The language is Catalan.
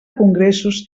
congressos